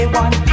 one